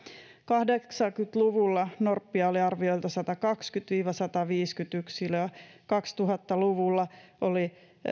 kahdeksankymmentä luvulla norppia oli arviolta satakaksikymmentä viiva sataviisikymmentä yksilöä kaksituhatta luvulla oli